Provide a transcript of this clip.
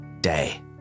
day